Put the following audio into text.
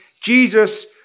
Jesus